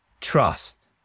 trust